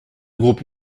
groupe